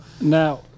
Now